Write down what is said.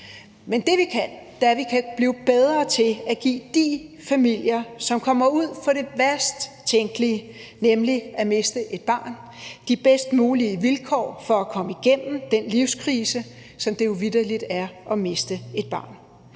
Men det, vi kan, er, at vi kan blive bedre til at give de familier, som kommer ud for det værst tænkelige, nemlig at miste et barn, de bedst mulige vilkår for at komme igennem den livskrise, som det jo vitterlig er at miste et barn.